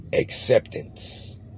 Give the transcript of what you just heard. acceptance